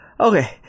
okay